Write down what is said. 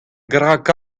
gallout